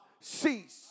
cease